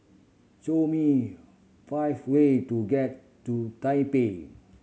show me five way to get to Taipei